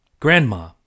Grandma